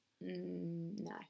no